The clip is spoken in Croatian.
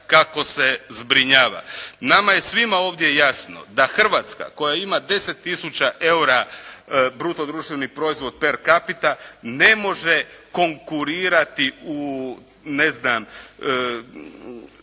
kako se zbrinjava. Nama je svima ovdje jasno da Hrvatska koja ima 10 tisuća eura bruto društveni proizvod per capita, ne može konkurirati u ne znam